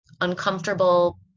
uncomfortable